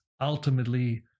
ultimately